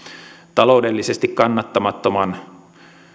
taloudellisesti kannattamattoman